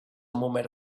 moment